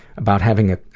about having ah